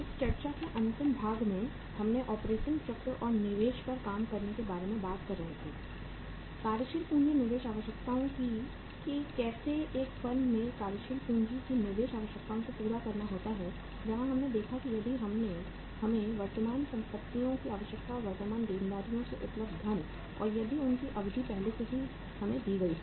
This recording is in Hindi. इस चर्चा के अंतिम भाग में हम ऑपरेटिंग चक्र और निवेश पर काम करने के बारे में बात कर रहे थे कार्यशील पूंजी निवेश आवश्यकताओं की कैसे एक फर्म में कार्यशील पूंजी की निवेश आवश्यकताओं को पूरा करना होता है जहां हमने देखा कि यदि हमें वर्तमान संपत्तियों की आवश्यकता और वर्तमान देनदारियों से उपलब्ध धन और यदि उनकी अवधि पहले से ही हमें दी गई है